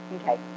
Okay